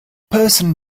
person